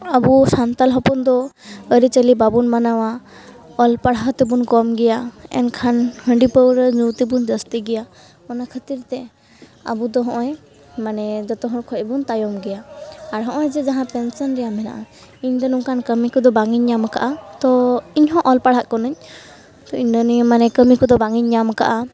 ᱟᱵᱚ ᱥᱟᱱᱛᱟᱲ ᱦᱚᱯᱚᱱᱫᱚ ᱟᱹᱨᱤᱼᱪᱟᱹᱞᱤ ᱵᱟᱵᱚᱱ ᱢᱟᱱᱟᱣᱟ ᱚᱞᱼᱯᱟᱲᱦᱟᱣ ᱛᱮᱵᱚᱱ ᱠᱚᱢ ᱜᱮᱭᱟ ᱮᱱᱠᱷᱟᱱ ᱦᱟᱺᱰᱤ ᱯᱟᱹᱣᱨᱟᱹ ᱧᱩ ᱛᱮᱵᱚᱱ ᱡᱟᱹᱥᱛᱤ ᱜᱮᱭᱟ ᱚᱱᱟ ᱠᱷᱟᱹᱛᱤᱨᱛᱮ ᱟᱵᱚᱫᱚ ᱦᱚᱜᱼᱚᱸᱭ ᱢᱟᱱᱮ ᱡᱚᱛᱚ ᱦᱚᱲᱠᱷᱚᱡ ᱵᱚᱱ ᱛᱟᱭᱚᱢ ᱜᱮᱭᱟ ᱟᱨ ᱦᱚᱜᱼᱚᱸᱭ ᱡᱮ ᱡᱟᱦᱟᱸ ᱯᱮᱱᱥᱚᱱ ᱡᱟᱦᱟᱸ ᱢᱮᱱᱟᱜᱼᱟ ᱤᱧᱫᱚ ᱱᱚᱝᱠᱟᱱ ᱠᱟᱹᱢᱤ ᱠᱚᱫᱚ ᱵᱟᱝ ᱤᱧ ᱧᱟᱢ ᱟᱠᱟᱫᱟ ᱛᱚ ᱤᱧᱦᱚᱸ ᱚᱞ ᱯᱟᱲᱦᱟᱜ ᱠᱟᱹᱱᱟᱹᱧ ᱛᱚ ᱤᱱᱟᱹ ᱱᱤᱭᱟᱹ ᱢᱟᱱᱮ ᱠᱟᱹᱢᱤ ᱠᱚᱫᱚ ᱵᱟᱝ ᱤᱧ ᱧᱟᱢ ᱟᱠᱟᱫᱟ